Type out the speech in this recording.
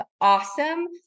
awesome